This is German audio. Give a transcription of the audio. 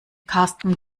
karsten